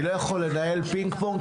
אני לא יכול לנהל פינג פונג,